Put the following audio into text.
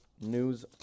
news